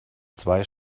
zwei